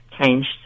changed